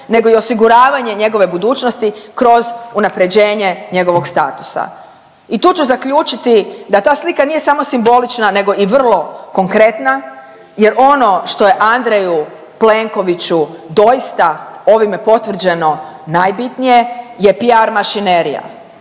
nego i osiguravanje njegove budućnosti kroz unapređenje njegovog statusa. I tu ću zaključiti da ta slika nije samo simbolična nego i vrlo konkretna, jer ono što je Andreju Plenkoviću doista ovim potvrđeno najbitnije je PR mašinerija,